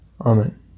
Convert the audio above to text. Amen